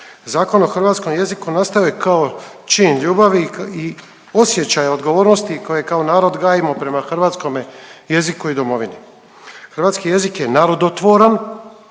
Zakon o hrvatskom jeziku nastao je kao čin ljubavi i osjećaj odgovornosti koji kao narod gajimo prema hrvatskome jeziku i domovini. Hrvatski jezik je narodotvoran